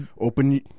open